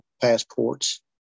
passports